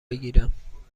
بگیرم